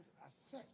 assess